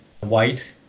white